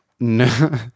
No